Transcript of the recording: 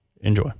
enjoy